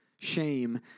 shame